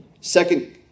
Second